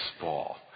ball